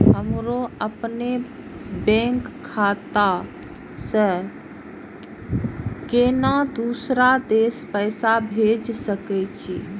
हमरो अपने बैंक खाता से केना दुसरा देश पैसा भेज सके छी?